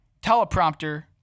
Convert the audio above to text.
teleprompter